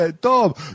Dom